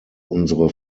unsere